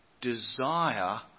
desire